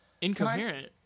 Incoherent